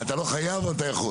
אתה לא חייב, אתה יכול.